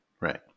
Right